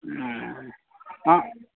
ओ हॅं